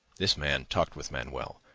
this man talked with manuel,